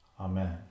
Amen